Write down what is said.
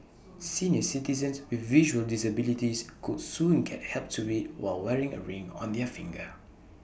senior citizens with visual disabilities could soon get help to read while wearing A ring on their finger